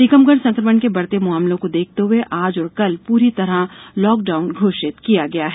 यहां संकमण के बढ़ते मामलों को देखते हुए आज और कल पूरी तरह लॉकडाउन घोषित किया गया है